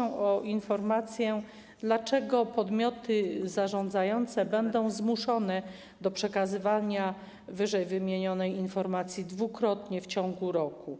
jednak o informację, dlaczego podmioty zarządzające będą zmuszone do przekazywania ww. informacji dwukrotnie w ciągu roku.